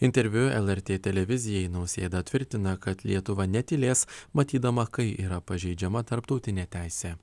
interviu lrt televizijai nausėda tvirtina kad lietuva netylės matydama kai yra pažeidžiama tarptautinė teisė